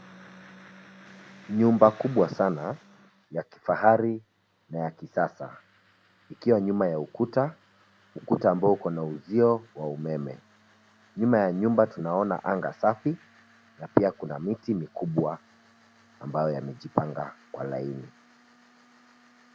Nyumba kubwa sana ya kifahari na ya kisasa ,ikiwa nyuma ya ukuta, ukuta ambao uko na uzio wa umeme. Nyuma ya nyumba tunaona anga safi na pia kuna miti mikubwa ambayo yamejipanga kwa laini.